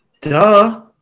Duh